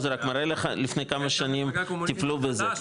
כמו המפלגה הקומוניסטית לפני כמה שנים טיפלו בזה.